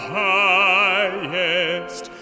highest